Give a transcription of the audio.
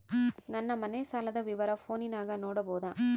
ನನ್ನ ಮನೆ ಸಾಲದ ವಿವರ ಫೋನಿನಾಗ ನೋಡಬೊದ?